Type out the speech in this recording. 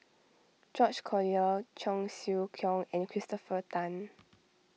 George Collyer Cheong Siew Keong and Christopher Tan